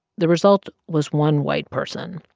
the result was one white person,